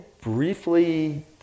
briefly